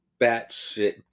batshit